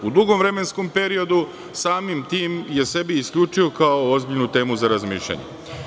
U dugom vremenskom periodu, samim tim je sebi isključio kao ozbiljnu temu za razmišljanje.